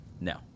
no